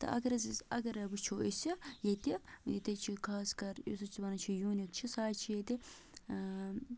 تہٕ اَگر حظ أسۍ اَگر وٕچھو أسۍ ییٚتہِ ییٚتہِ حظ چھِ خاص کَر یُس أسۍ وَنان چھِ یوٗنِک چھِ سُہ حظ چھِ ییٚتہِ